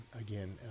Again